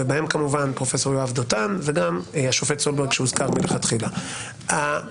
ובהם כמובן פרופ' יואב דותן וגם השופט סולברג שהוזכר מלכתחילה כדי